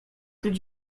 did